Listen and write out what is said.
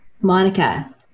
Monica